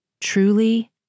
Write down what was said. Truly